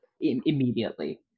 immediately